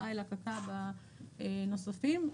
ה-ILAC --- הנוספים,